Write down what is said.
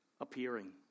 appearing